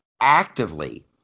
actively